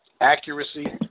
accuracy